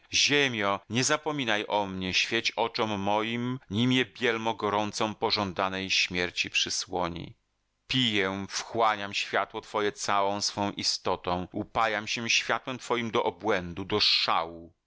ziemio nie zapominaj o mnie świeć oczom moim nim je bielmo gorąco pożądanej śmierci przysłoni piję wchłaniam światło twoje całą swą istotą upajam się światłem twoim do obłędu do szału